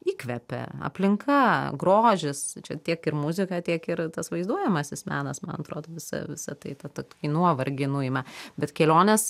įkvepia aplinka grožis čia tiek ir muzika tiek ir tas vaizduojamasis menas man atrodo visa visa tai ta tokį nuovargį nuima bet kelionės